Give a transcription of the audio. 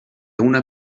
una